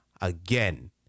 Again